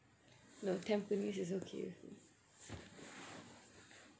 no tampines is okay with me